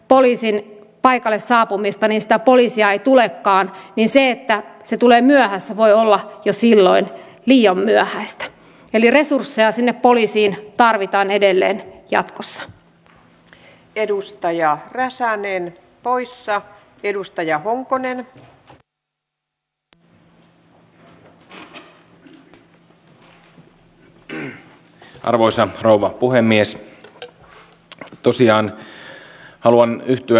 poliisin paikalle saapumista niistä poliisia ei tulekaan ja se no valtiolta tulee todennäköisesti pääsääntöisesti myös näitten itsehallintoalueitten rahoitus jolloin meidän pitää sitten toisella puolella miettiä sitä mitä on se oikea itsehallinto niillä maakunnilla